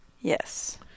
Yes